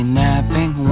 napping